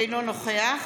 אינו נוכח